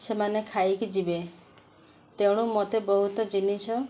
ସେମାନେ ଖାଇକି ଯିବେ ତେଣୁ ମତେ ବହୁତ ଜିନିଷ